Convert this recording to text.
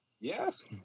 Yes